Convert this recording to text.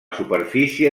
superfície